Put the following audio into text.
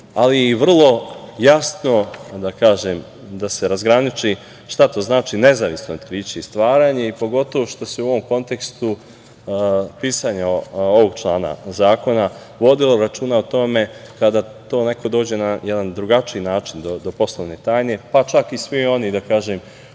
ali i vrlo jasno da kažem da se razgraniči šta to znači nezavisno otkriće i stvaranje i pogotovo što se u ovom kontekstu u pisanju ovog člana zakona vodilo računa o tome kada neko dođe na drugačiji način do poslovne tajne pa čak i svi oni koji